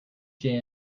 jam